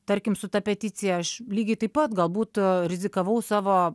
tarkim su ta peticija aš lygiai taip pat galbūt rizikavau savo